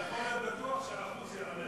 אתה יכול להיות בטוח שהאחוז יעלה.